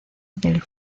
del